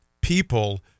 people